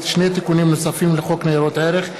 שני תיקונים נוספים לחוק ניירות ערך,